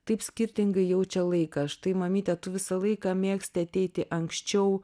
taip skirtingai jaučia laiką štai mamyte tu visą laiką mėgsti ateiti anksčiau